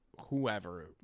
Whoever